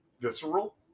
Visceral